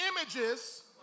images